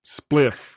spliff